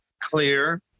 clear